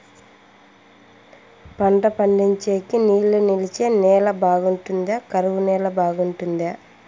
పంట పండించేకి నీళ్లు నిలిచే నేల బాగుంటుందా? కరువు నేల బాగుంటుందా?